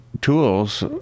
tools